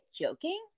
joking